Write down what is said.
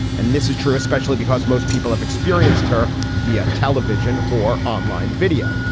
and this is true, especially because most people have experienced her via television or online video.